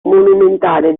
monumentale